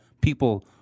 people